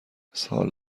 اسهال